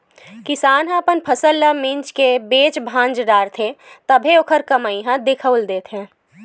किसान ह अपन फसल ल मिंज के बेच भांज डारथे तभे ओखर कमई ह दिखउल देथे